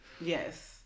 Yes